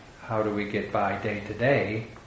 how-do-we-get-by-day-to-day